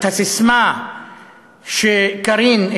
קארין,